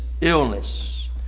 illness